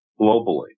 globally